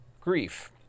grief